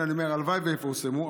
הלוואי שיפורסמו,